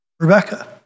Rebecca